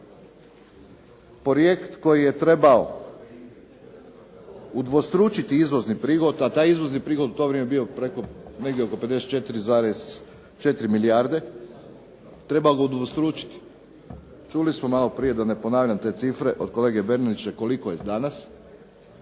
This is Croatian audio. najavljeno, projekt koji je trebao udvostručiti izvozni prihod, a taj izvozni prihod je u to vrijeme bio negdje 54,4 milijarde, trebalo udvostručiti. Čuli smo malo prije, da ne ponavljam te cifre, od kolega Bernardića koliko je danas,